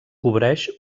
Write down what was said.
cobreix